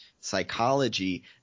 psychology